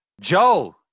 joe